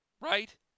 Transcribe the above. right